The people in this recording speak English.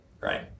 Right